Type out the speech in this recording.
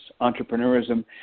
entrepreneurism